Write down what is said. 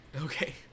Okay